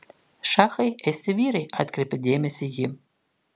šachai esti vyrai atkreipė dėmesį ji